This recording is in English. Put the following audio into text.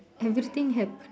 everything happen